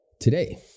Today